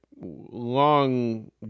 long